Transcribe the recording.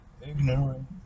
Ignorant